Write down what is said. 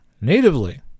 natively